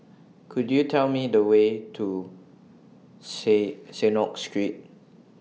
Could YOU Tell Me The Way to See Synagogue Street